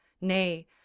nay